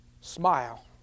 smile